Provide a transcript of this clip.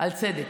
על צדק.